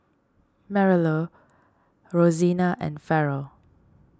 Marilou Rosina and Farrell